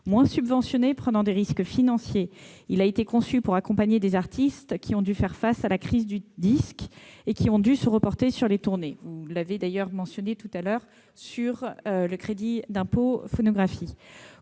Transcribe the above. moins subventionnées et prenant des risques financiers. Il a été conçu pour accompagner des artistes qui ont dû faire face à la crise du disque et qui ont dû se reporter sur les tournées, comme vous l'avez mentionné à propos du crédit d'impôt phonographique.